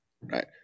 right